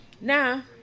Now